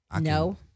No